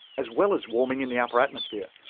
as well as warming in the upper atmosphere,